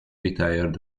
retired